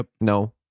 No